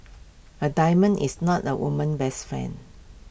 A diamond is not the woman's best friend